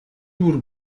бүр